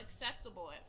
acceptable